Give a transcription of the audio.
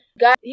God